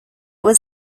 was